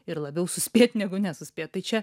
ir labiau suspėt negu nesuspėt tai čia